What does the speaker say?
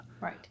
right